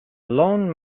lone